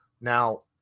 Now